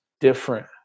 different